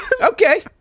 okay